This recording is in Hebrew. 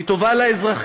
היא טובה לאזרחים,